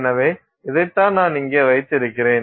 எனவே இதைத்தான் நான் இங்கே வைத்திருக்கிறேன்